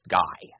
guy